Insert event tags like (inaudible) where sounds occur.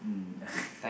mm (laughs)